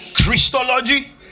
Christology